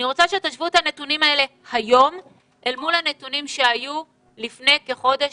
אני רוצה שתשוו את הנתונים האלה היום אל מול הנתונים שהיו לפני כחודש,